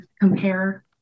compare